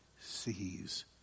sees